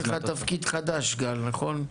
יש לך תפקיד חדש, גל, נכון?